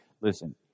listen